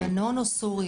לבנון או סוריה?